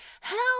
help